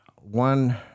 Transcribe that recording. one